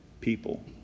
people